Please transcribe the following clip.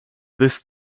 this